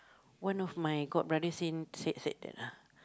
one of my godbrother seen said said that lah